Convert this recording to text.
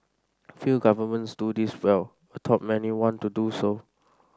few governments do this well although many want to do so